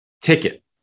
ticket